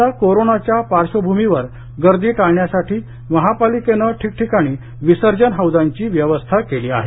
यंदा कोरोनाच्या पार्श्वभूमीवर गर्दी टाळण्यासाठी महापालिकेनं ठिकठिकाणी विसर्जन हौदांची व्यवस्था केली आहे